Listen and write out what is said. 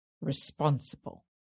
responsible